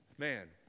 Man